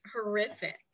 horrific